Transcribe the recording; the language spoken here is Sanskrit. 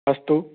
अस्तु